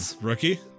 rookie